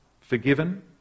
forgiven